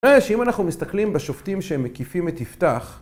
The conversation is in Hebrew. אה, שאם אנחנו מסתכלים בשופטים שהם מקיפים את יפתח